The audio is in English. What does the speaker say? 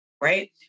right